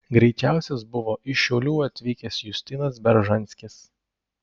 greičiausias buvo iš šiaulių atvykęs justinas beržanskis